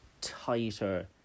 tighter